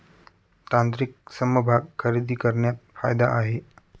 तांत्रिक समभाग खरेदी करण्यात फायदा आहे